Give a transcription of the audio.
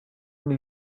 way